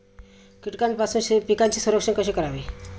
कीटकांपासून पिकांचे संरक्षण कसे करावे?